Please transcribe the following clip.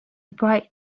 bright